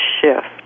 shift